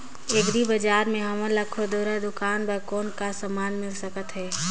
Agri बजार म हमन ला खुरदुरा दुकान बर कौन का समान मिल सकत हे?